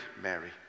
Mary